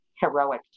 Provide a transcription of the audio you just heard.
heroic